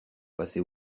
passer